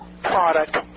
Product